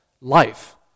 life